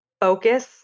Focus